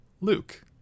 Luke